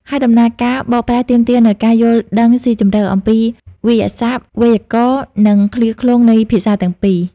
ហើយដំណើរការបកប្រែទាមទារនូវការយល់ដឹងស៊ីជម្រៅអំពីវាក្យសព្ទ វេយ្យាករណ៍ និងឃ្លាឃ្លោងនៃភាសាទាំងពីរ។